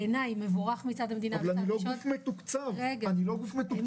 בעיניי אני חושב שהוא עשה טוב למערכת